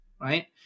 Right